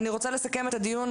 אני רוצה לסכם את הדיון.